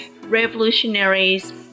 revolutionaries